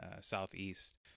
southeast